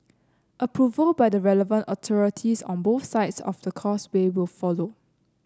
approval by the relevant authorities on both sides of the Causeway will follow